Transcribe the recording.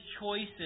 choices